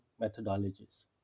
methodologies